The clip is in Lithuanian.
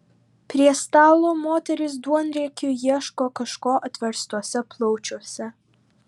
prie stalo moterys duonriekiu ieško kažko atverstuose plaučiuose